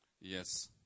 Yes